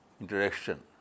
interaction